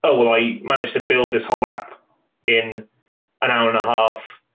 oh! well, i managed to build this whole app in an hour and a half,